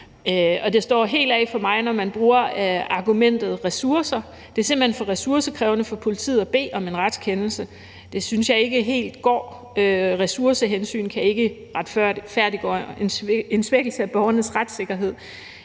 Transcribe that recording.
og jeg står helt af, når man bruger argumentet ressourcer, altså at det simpelt hen er for ressourcekrævende for politiet at bede om en retskendelse. Det synes jeg ikke helt går, for ressourcehensyn kan ikke retfærdiggøre en svækkelse af borgernes retssikkerhed.